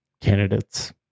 candidates